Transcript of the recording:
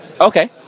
Okay